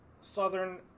Southern